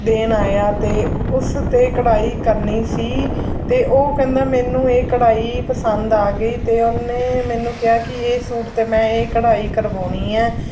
ਦੇਣ ਆਇਆ ਅਤੇ ਉਸ 'ਤੇ ਕਢਾਈ ਕਰਨੀ ਸੀ ਅਤੇ ਉਹ ਕਹਿੰਦਾ ਮੈਨੂੰ ਇਹ ਕਢਾਈ ਪਸੰਦ ਆ ਗਈ ਅਤੇ ਉਹਨੇ ਮੈਨੂੰ ਕਿਹਾ ਕਿ ਇਸ ਸੂਟ 'ਤੇ ਮੈਂ ਇਹ ਕਢਾਈ ਕਰਵਾਉਣੀ ਹੈ